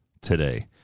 today